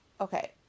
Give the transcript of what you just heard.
okay